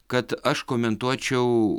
kad aš komentuočiau